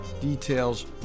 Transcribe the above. details